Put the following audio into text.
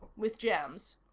with gems.